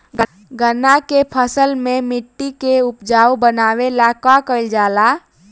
चन्ना के फसल में मिट्टी के उपजाऊ बनावे ला का कइल जाला?